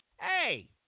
Hey